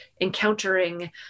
encountering